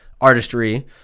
artistry